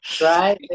Right